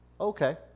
Okay